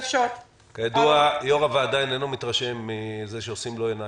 כידוע יושב-ראש הוועדה איננו מתרשם מזה שעושים לו עיניים.